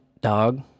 dog